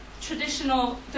traditional